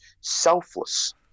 selfless